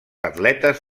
atletes